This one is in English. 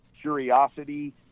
curiosity